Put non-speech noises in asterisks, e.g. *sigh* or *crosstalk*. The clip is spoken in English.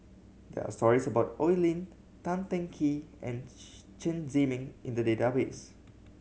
there are stories about Oi Lin Tan Teng Kee and *unintelligible* Chen Zhiming in the database